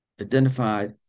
identified